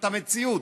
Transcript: את המציאות,